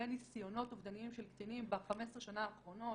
ניסיונות אובדניים של קטינים ב-15 שנה האחרונות.